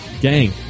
Gang